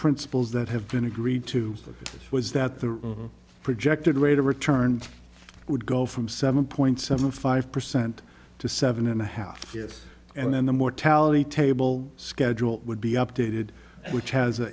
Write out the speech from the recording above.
principles that have been agreed to was that the projected rate of return would go from seven point seven five percent to seven and a half years and then the mortality table schedule would be updated which has an